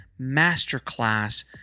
masterclass